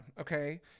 okay